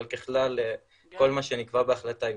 אבל ככלל כל מה שנקבע בהחלטה יושם.